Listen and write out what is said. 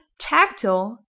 tactile